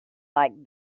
like